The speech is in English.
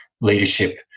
leadership